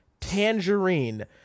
Tangerine